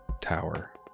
tower